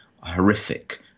horrific